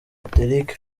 derrick